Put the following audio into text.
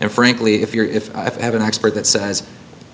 and frankly if you're if you have an expert that says